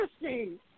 interesting